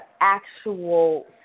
actual